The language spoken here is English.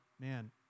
man